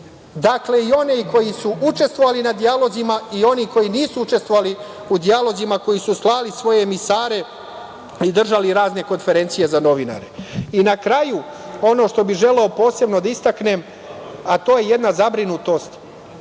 Dakle, i onih koji su učestvovali u dijalozima i oni koji nisu učestvovali u dijalozima, a koji su slali svoje emisare i držali razne konferencije za novinare. Na kraju, ono što bih želeo posebno da istaknem, a to je jedna zabrinutost.